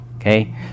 okay